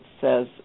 says